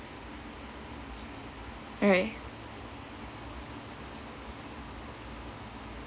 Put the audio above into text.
right